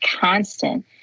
constant